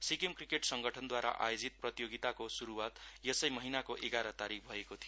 Sikkim cricket संगठनद्वारा आयोजित प्रतियोगिताको शुरुवात यसै महिनाको एघार तारिक भएको थियो